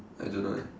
I don't know eh